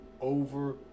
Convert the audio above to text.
over